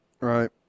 Right